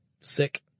sick